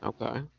Okay